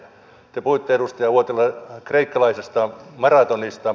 te puhuitte edustaja uotila kreikkalaisesta maratonista